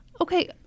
Okay